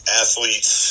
athletes